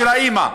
של האימא.